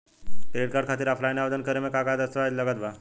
Credit card खातिर offline आवेदन करे म का का दस्तवेज लागत बा?